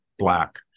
Black